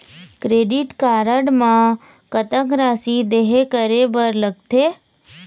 Credit card म कतक राशि देहे करे बर लगथे?